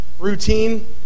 Routine